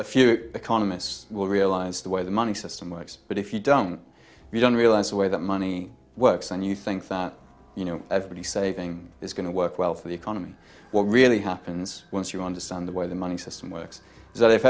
a few economists will realize the way the money system works but if you don't you don't realize where that money works and you think that you know everybody saving is going to work well for the economy what really happens once you understand the way the money system works is that if